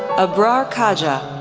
abrar khaja,